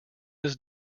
his